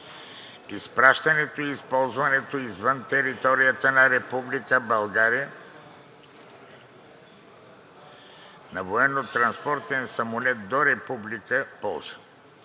изпращането и използването извън територията на Република България на военнотранспортен самолет до Полша